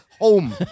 home